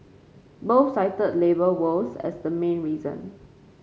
both cited labour woes as the main reason